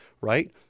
right